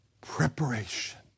Preparation